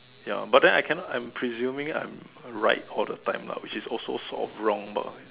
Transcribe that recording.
ya but then I cannot I'm presuming I'm right all the time lah which is also sort of wrong but